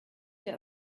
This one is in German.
dir